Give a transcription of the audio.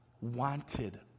wanted